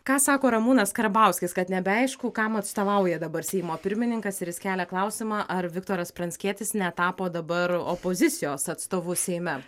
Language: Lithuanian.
ką sako ramūnas karbauskis kad nebeaišku kam atstovauja dabar seimo pirmininkas ir jis kelia klausimą ar viktoras pranckietis netapo dabar opozicijos atstovu seime